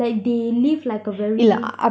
like they live like a very like